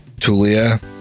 Tulia